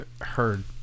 heard